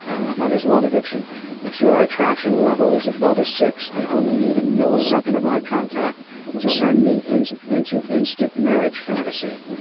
about his love addiction if your attraction level is beyond a six, i only need a millisecond of eye contact to send me into into instant marriage fantasy.